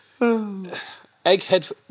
Egghead